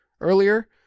earlier